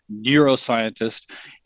neuroscientist